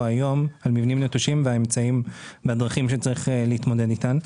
היום: מבנים נטושים והדרכים שצריך להתמודד איתם.